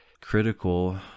critical